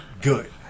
good